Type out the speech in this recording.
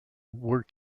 were